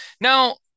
Now